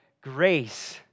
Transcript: grace